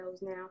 now